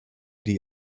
die